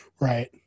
Right